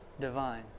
divine